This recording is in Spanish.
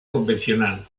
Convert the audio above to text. convencional